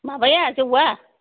माबाया जौआ